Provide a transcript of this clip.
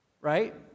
Right